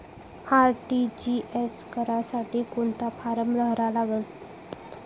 RTGS करासाठी कोंता form भरा लागन?